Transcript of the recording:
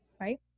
Right